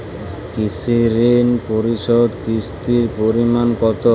কৃষি ঋণ পরিশোধের কিস্তির পরিমাণ কতো?